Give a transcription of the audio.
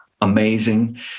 amazing